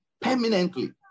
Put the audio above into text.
permanently